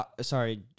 Sorry